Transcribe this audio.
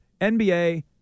NBA